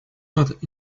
got